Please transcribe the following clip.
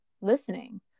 listening